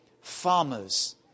farmers